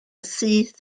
syth